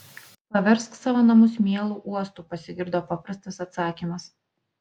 paversk savo namus mielu uostu pasigirdo paprastas atsakymas